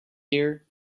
year